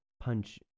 punch